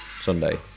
sunday